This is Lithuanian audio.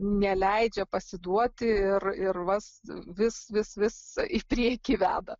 neleidžia pasiduoti ir ir vas vis vis vis į priekį veda